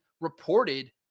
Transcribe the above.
reported